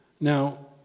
Now